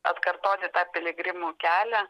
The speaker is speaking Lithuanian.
atkartoti tą piligrimų kelią